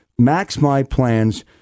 MaxMyPlans